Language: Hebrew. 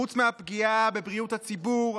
חוץ מהפגיעה בבריאות הציבור,